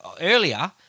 earlier